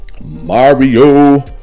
Mario